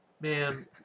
Man